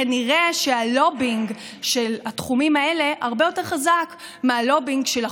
כנראה הלובינג של התחומים האלה הרבה היותר חזק מהלובינג של החולים,